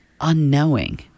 unknowing